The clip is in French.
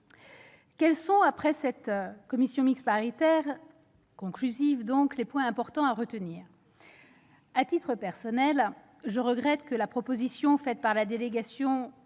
Quels sont, après cette commission mixte paritaire, les points importants à retenir ? À titre personnel, je regrette que la proposition faite par la délégation